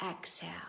exhale